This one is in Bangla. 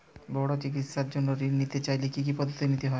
বড় চিকিৎসার জন্য ঋণ নিতে চাইলে কী কী পদ্ধতি নিতে হয়?